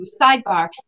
sidebar